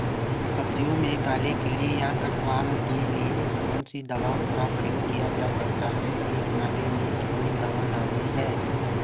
सब्जियों में काले कीड़े या कट वार्म के लिए कौन सी दवा का प्रयोग किया जा सकता है एक नाली में कितनी दवा डालनी है?